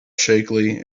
shakily